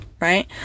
right